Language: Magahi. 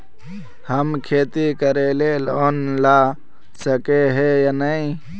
हम खेती करे ले लोन ला सके है नय?